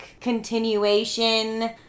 continuation